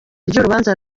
ry’urubanza